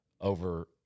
over